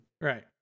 Right